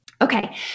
Okay